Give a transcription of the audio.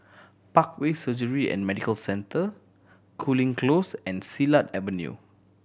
Parkway Surgery and Medical Center Cooling Close and Silat Avenue